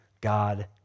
God